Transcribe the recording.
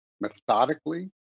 methodically